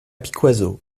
piquoiseau